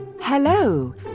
Hello